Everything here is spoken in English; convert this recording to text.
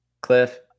cliff